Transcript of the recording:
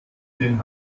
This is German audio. den